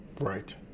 right